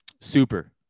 Super